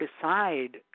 decide